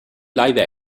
live